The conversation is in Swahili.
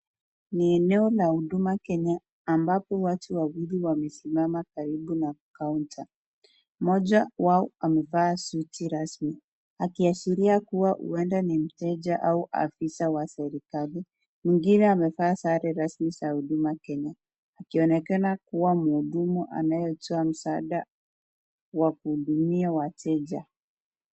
Ni eneo la huduma kenya ambapo watu wawili wamesimama karibu na kaunta, mmoja wao amevaa suti rasmi akiashiria kuwa huenda ni mteja au afisa wa serikali. Mwingine amevaa sare rasmi za huduma kenya akionekana kuwa mhudumu anayetoa msaada wa kuhudumia wateja.